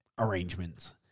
arrangements